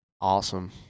Awesome